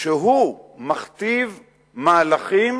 שהוא מכתיב מהלכים